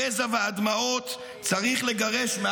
שנייה, חבר הכנסת כסיף.